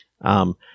Um-